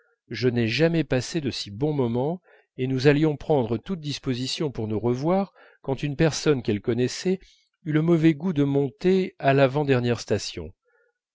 je n'ai jamais passé de si bons moments et nous allions prendre toutes dispositions pour nous revoir quand une personne qu'elle connaissait eut le mauvais goût de monter à l'avant-dernière station